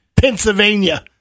Pennsylvania